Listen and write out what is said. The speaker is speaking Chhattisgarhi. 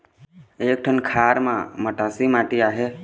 एक ठन खार म मटासी माटी आहे?